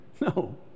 No